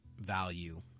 value